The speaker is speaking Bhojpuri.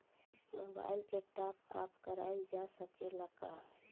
मोबाइल के टाप आप कराइल जा सकेला का?